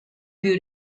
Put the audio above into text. più